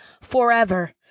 forever